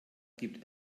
gibt